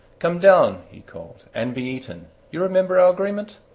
come down, he called, and be eaten you remember our agreement?